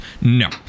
no